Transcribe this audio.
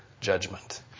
judgment